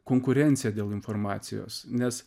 konkurencija dėl informacijos nes